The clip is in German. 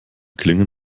klingen